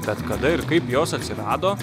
tad kada ir kaip jos atsirado